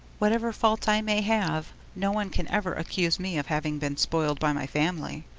whatever faults i may have, no one can ever accuse me of having been spoiled by my family!